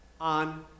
on